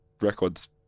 record's